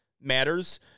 matters